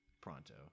pronto